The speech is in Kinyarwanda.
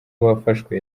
wafashwe